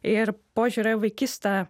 ir požiūrio į vaikystę